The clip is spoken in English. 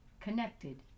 connected